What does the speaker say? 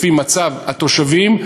לפי מצב התושבים,